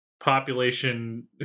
population